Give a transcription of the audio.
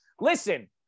Listen